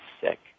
sick